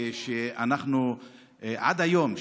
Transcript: ועד היום,